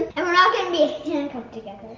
and we're not gonna be handcuffed together.